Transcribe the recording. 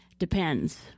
Depends